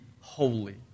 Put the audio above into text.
holy